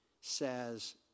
says